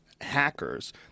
hackers